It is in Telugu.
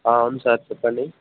అవును సార్ చెప్పండి